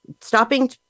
stopping